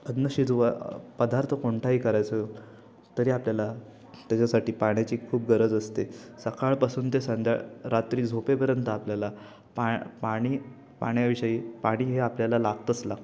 अन्न शिजवा पदार्थ कोणताही करायचो तरी आपल्याला त्याच्यासाठी पाण्याची खूप गरज असते सकाळपासून ते संध्या रात्री झोपेपर्यंत आपल्याला पा पाणी पाण्याविषयी पाणी हे आपल्याला लागतंच लागतं